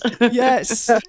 Yes